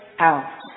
out